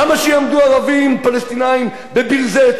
למה שיעמדו ערבים פלסטינים בביר-זית,